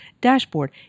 dashboard